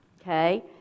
okay